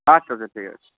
আচ্ছা আচ্ছা ঠিক আছে